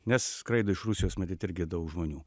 nes skraido iš rusijos matyt irgi daug žmonių